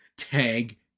Tag